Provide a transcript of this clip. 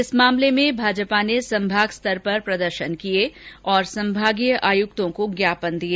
इस मामले में भाजपा ने संभाग स्तर पर प्रदर्शन किए और संभागीय आयुक्तों को इस मामले में ज्ञापन दिए